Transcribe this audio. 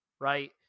right